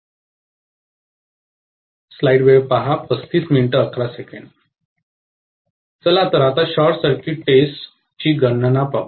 चला तर आता शॉर्ट सर्किट टेस्ट ची गणना पाहू